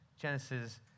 Genesis